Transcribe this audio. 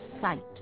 Sight